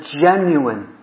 genuine